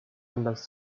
anlass